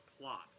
plot